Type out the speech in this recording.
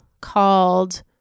called